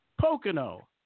Pocono